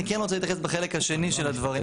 אני כן רוצה להתייחס בחלק השני של הדברים,